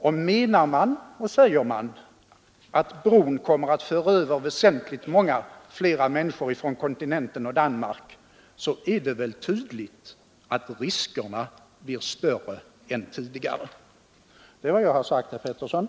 Och säger man att bron kommer att föra över väsentligt fler människor från kontinenten och Danmark, så är det väl tydligt att riskerna blir större än tidigare. Det är vad jag sagt, herr Pettersson.